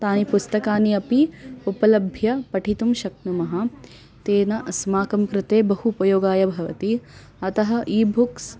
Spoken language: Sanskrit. तानि पुस्तकानि अपि उपलभ्य पठितुं शक्नुमः तेन अस्माकं कृते बहु उपयोगाय भवति अतः ई बुक्स्